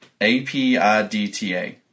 A-P-I-D-T-A